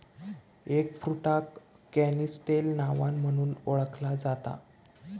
एगफ्रुटाक canistel नावान म्हणुन ओळखला जाता